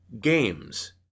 games